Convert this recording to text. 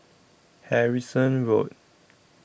Harrison Road